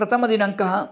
प्रथमदिनाङ्कः